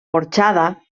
porxada